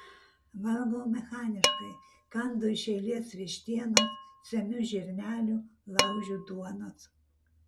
valgau mechaniškai kandu iš eilės vištienos semiu žirnelių laužiu duonos